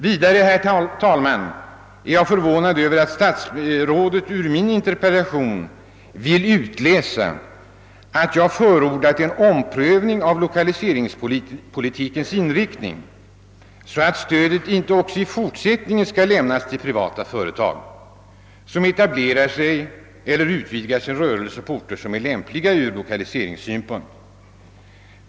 Vidare är jag, herr talman, förvånad över att statsrådet ur min interpellation vill utläsa att jag förordat en omprövning av »lokaliseringspolitikens inriktning, så att stödet inte också i fortsättningen skall lämnas till privata företag, som etablerar sig eller utvidgar sin rörelse på orter som är lämpliga från lokaliseringssynpunkt».